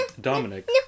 Dominic